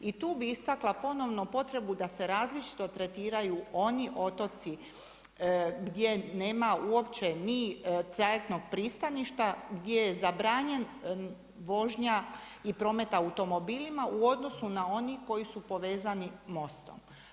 I tu bi istakla ponovno potrebu da se različito tretiraju oni otoci gdje nema uopće ni trajektnog pristaništa, gdje je zabranjena vožnja i prometa automobilima u odnosu na one koji su povezani mostom.